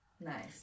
Nice